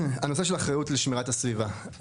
בנושא האחריות על שמירת הסביבה,